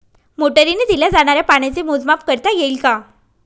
मोटरीने दिल्या जाणाऱ्या पाण्याचे मोजमाप करता येईल का?